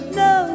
no